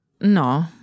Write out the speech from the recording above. No